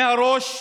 מהראש